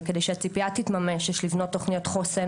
וכדי שהציפייה תתממש יש לבנות תוכניות חוסן